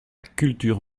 culture